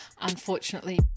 unfortunately